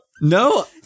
No